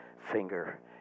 finger